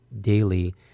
daily